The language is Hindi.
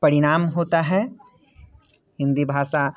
परिणाम होता है हिंदी भाषा